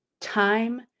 time